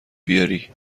بیاری